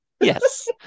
Yes